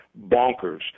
bonkers